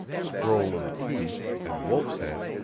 scroll and key, and wolf's head,